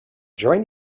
join